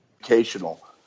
educational